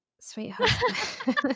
sweetheart